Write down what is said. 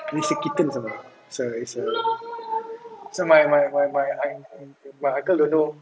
it's a kitten some more so it's a so my my my my uncle my uncle don't know